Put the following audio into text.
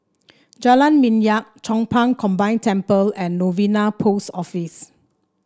Jalan Minyak Chong Pang Combined Temple and Novena Post Office